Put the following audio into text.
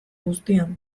guztian